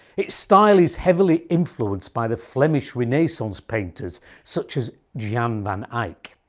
its style is heavily influenced by the flemish renaissance painters such as jan van eyck.